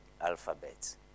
alphabets